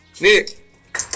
Nick